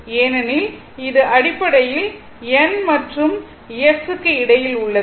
ஏனெனில் இது அடிப்படையில் N மற்றும் S க்கு இடையில் உள்ளது